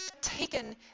taken